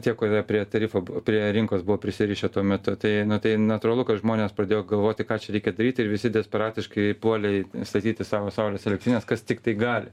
tie kurie prie tarifo buv prie rinkos buvo prisirišę tuo metu tai nu tai natūralu kad žmonės pradėjo galvoti ką čia reikia daryt ir visi desperatiškai puolė statyti savo saulės elektrines kas tiktai gali